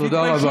תודה רבה.